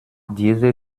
diese